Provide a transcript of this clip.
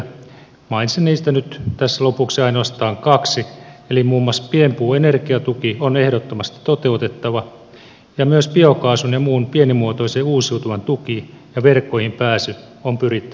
mainitsen niistä nyt tässä lopuksi ainoastaan kaksi eli muun muassa pienpuuenergiatuki on ehdottomasti toteutettava ja myös biokaasun ja muun pienimuotoisen uusiutuvan tuki ja verkkoihin pääsy on pyrittävä varmistamaan